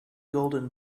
golden